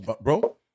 bro